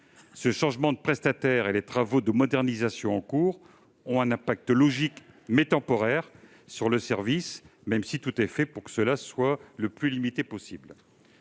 Ce changement de prestataire et les travaux de modernisation en cours ont une incidence logique, mais temporaire sur le service, même si tout est fait pour qu'elle reste la plus limitée possible.